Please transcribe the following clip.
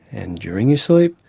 and during your sleep,